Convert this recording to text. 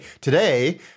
Today